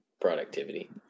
productivity